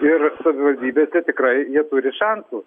ir savivaldybėse tikrai jie turi šansų